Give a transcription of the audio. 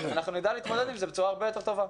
אנחנו נדע להתמודד עם זה בצורה הרבה יותר טובה.